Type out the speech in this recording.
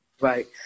Right